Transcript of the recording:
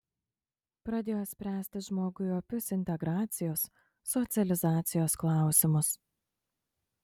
pradėjo spręsti žmogui opius integracijos socializacijos klausimus